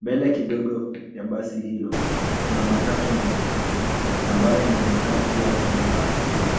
Mbele kidogo ya basi hilo kuna matatu nyeupe ambayo inaonekana pia kubeba abiria.